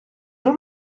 jean